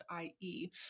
ie